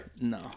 No